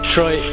Troy